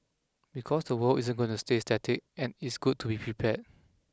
because the world isn't gonna stay static and it's good to be prepared